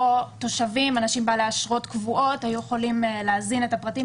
תושבים ואנשים בעלי אשרות קבועות היו יכולים להזין שם את הפרטים